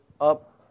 up